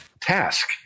task